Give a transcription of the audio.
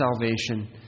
salvation